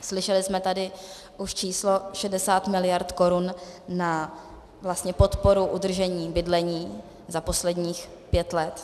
Slyšeli jsme tady už číslo 60 miliard korun na podporu udržení bydlení za posledních pět let.